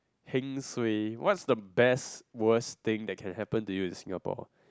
heng suay what is the best worst thing that can happen to you in Singapore